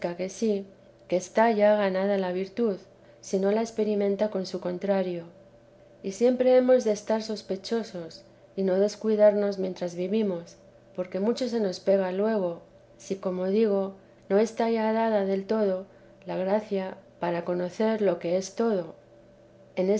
sí que está ya ganada la virtud si no la experimenta con su contrario y siempre hemos de estar sospechosos y no descuidarnos mientras vivimos porque mucho se nos pega luego si como digo no está ya dada del todo la gracia para conocer lo que es todo y en